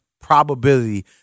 probability